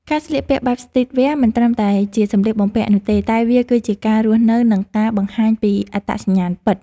ការស្លៀកពាក់បែបស្ទ្រីតវែរមិនត្រឹមតែជាសម្លៀកបំពាក់នោះទេ តែវាគឺជាការរស់នៅនិងការបង្ហាញពីអត្តសញ្ញាណពិត។